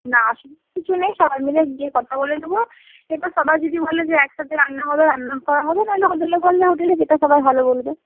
না অসুবিধা কিছু নেই সবাই মিলে গিয়ে কথা বলে নেবো এরপর সবাই যদি বলে যে একসাথে রান্না হবে রান্না করা হবে নইলে হোটেলে বললে হোটেলে যেটা সবাই ভালো বলবে